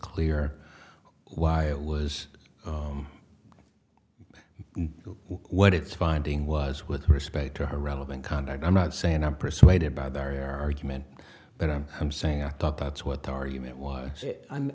clear why it was what its finding was with respect to her relevant conduct i'm not saying i'm persuaded by their argument but i'm i'm saying i thought that's what the argument was i